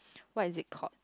what is it called